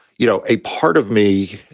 you know, a part of me